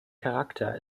charakter